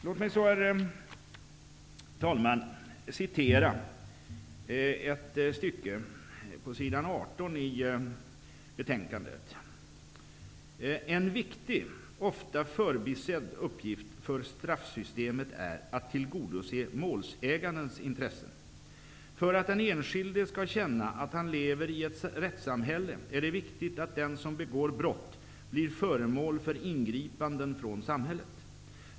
Låt mig så, herr talman, citera ett stycke på s. 18 i betänkandet, där utskottet återger vad Fängelsestraffkommittén skriver i sitt betänkande ''Kommittén framhöll bl.a. att en viktig, ofta förbisedd, uppgift för straffsystemet är att tillgodose målsägandens intressen. För att den enskilde skall känna att han lever i ett rättssamhälle är det viktigt att den som begår brott blir föremål för ingripanden från samhället.